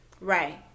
Right